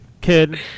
kid